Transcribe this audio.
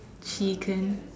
chicken